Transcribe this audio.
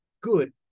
good